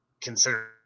consider